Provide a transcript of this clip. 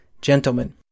gentlemen